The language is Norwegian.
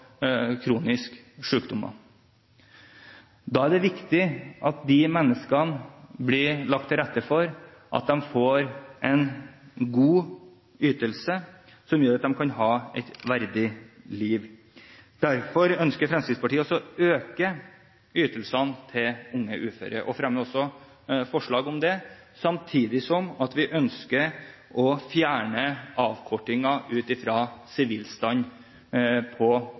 Da er det viktig at det blir lagt til rette for disse menneskene, at de får en god ytelse som gjør at de kan ha et verdig liv. Derfor ønsker Fremskrittspartiet å øke ytelsene til unge uføre og fremmer også forslag om det. Samtidig ønsker vi å fjerne avkortingen ut fra sivilstand